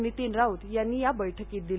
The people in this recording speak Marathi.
नितीन राऊत यांनी या बैठकीत दिले